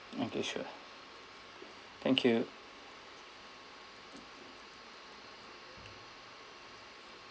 okay sure thank you